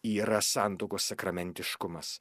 yra santuokos sakramentiškumas